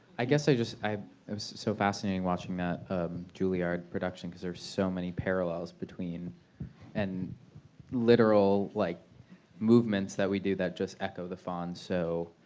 i guess i just it was so fascinating watching that juilliard production because there's so many parallels between and literal like movements that we do that just echo the faun so